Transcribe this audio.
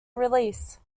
release